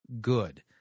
good